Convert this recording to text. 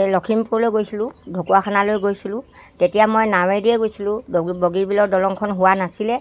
এই লখিমপুৰলৈ গৈছিলোঁ ঢকুৱাখানালৈ গৈছিলোঁ তেতিয়া মই নাৱেদিয়ে গৈছিলোঁ বগীবলৰ দলংখন হোৱা নাছিলে